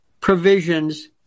provisions